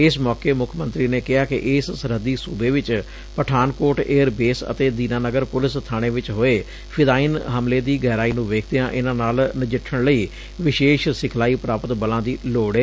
ਇਸ ਮੌਕੇ ਮੁੱਖ ਮੰਤਰੀ ਨੇ ਕਿਹਾ ਕਿ ਇਸ ਸਰਹੱਦੀ ਸੁਬੇ ਚ ਪਠਾਨਕੋਟ ਏਅਰ ਬੇਸ ਅਤੇ ਦੀਨਾਨਗਰ ਪੁਲਿਸ ਬਾਣੇ ਚ ਹੋਏ ਫਿਦਾਈਨ ਹਮਲੇ ਦੀ ਗਹਿਰਾਈ ਨੂੰ ਵੇਖਦਿਆਂ ਇਨੂਾਂ ਨਾਲ ਨਜਿੱਠਣ ਲਈ ਵਿਸ਼ੇਸ਼ ਸਿਖਲਾਈ ਪ੍ਰਾਪਤ ਬਲਾਂ ਦੀ ਲੋੜ ਏ